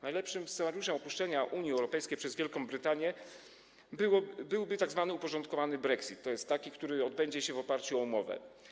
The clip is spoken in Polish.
Najlepszym scenariuszem opuszczenia Unii Europejskiej przez Wielką Brytanię byłby tzw. uporządkowany brexit, tj. taki, który odbędzie się w oparciu o umowę.